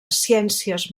ciències